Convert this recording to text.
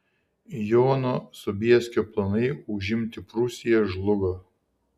jono sobieskio planai užimti prūsiją žlugo